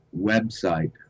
website